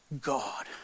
God